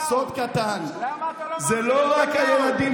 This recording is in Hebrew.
למה אתה לא מאמין לנתניהו?